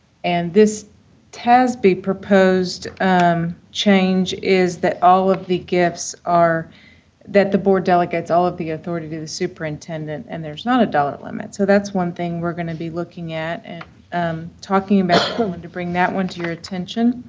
and this tasb-proposed change is that all of the gifts are that the board delegates all of the authority to the superintendant and there's not a dollar limit, so, that's one thing we're going to be looking at and talking about, so, i wanted and to bring that one to your attention.